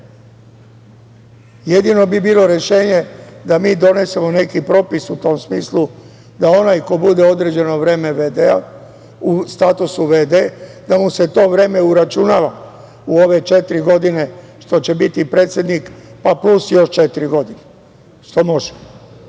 Jedino bi bilo rešenje da mi donesemo neki propis u tom smislu da onaj ko bude određeno vreme u statusu v.d. da mu se to vreme uračunava u ove četiri godine što će biti predsednik, pa plus još četiri godine, što može.